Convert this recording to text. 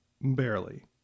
Barely